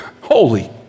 Holy